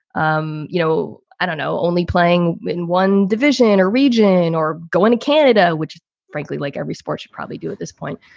um you know, i don't know only playing in one division or region or going to canada, which frankly, like every sports you probably do at this point,